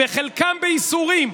וחלקם בייסורים.